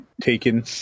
taken